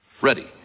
Ready